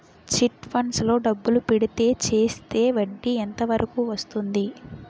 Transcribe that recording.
Chit funds లో డబ్బులు పెడితే చేస్తే వడ్డీ ఎంత వరకు వస్తుంది?